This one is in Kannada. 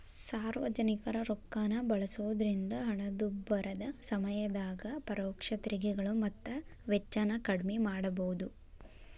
ಸಾರ್ವಜನಿಕರ ರೊಕ್ಕಾನ ಬಳಸೋದ್ರಿಂದ ಹಣದುಬ್ಬರದ ಸಮಯದಾಗ ಪರೋಕ್ಷ ತೆರಿಗೆಗಳು ಮತ್ತ ವೆಚ್ಚನ ಕಡ್ಮಿ ಮಾಡಬೋದು